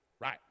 Right